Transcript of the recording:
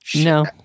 No